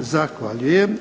Zahvaljujem.